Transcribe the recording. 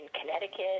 Connecticut